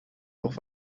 auch